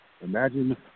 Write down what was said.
imagine